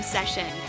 Session